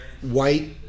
white